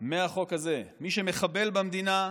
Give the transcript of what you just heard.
מהחוק הזה: מי שמחבל במדינה,